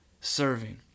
serving